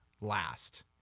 last